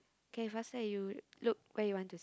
K faster you look where you want to see